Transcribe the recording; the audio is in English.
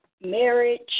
marriage